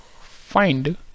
find